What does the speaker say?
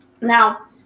Now